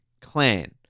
Clan